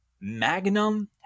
Magnum